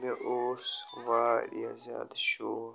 مےٚ اوس واریاہ زیادٕ شوق